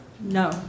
No